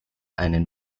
einen